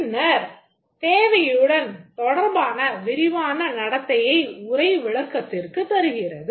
பின்னர் தேவையுடன் தொடர்பான விரிவான நடத்தையை உரை விளக்கத்திற்குத் தருகிறது